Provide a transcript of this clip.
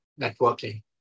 networking